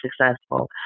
successful